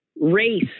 race